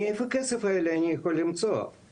מאיפה אני יכול למצוא את הכסף הזה?